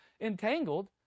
entangled